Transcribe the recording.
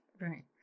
right